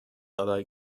aday